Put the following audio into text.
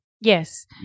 Yes